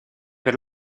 per